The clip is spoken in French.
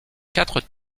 quatre